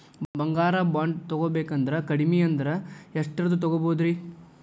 ಬಂಗಾರ ಬಾಂಡ್ ತೊಗೋಬೇಕಂದ್ರ ಕಡಮಿ ಅಂದ್ರ ಎಷ್ಟರದ್ ತೊಗೊಬೋದ್ರಿ?